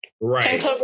right